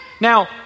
Now